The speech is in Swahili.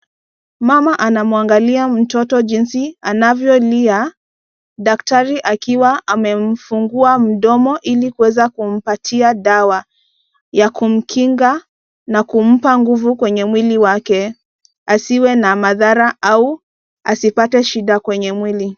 Mama anamwangalia mtoto jinsi anavyolia, daktari akiwa amemfungua mdomo ili kuweza kumpatia dawa ya kumkinga na kumpa nguvu kwenye mwili wake asiwe na madhara au asipate shida kwenye mwili.